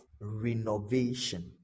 renovation